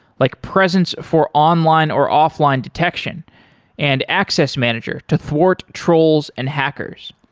like presence for online or offline detection and access manager to thwart trolls and hackers.